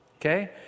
okay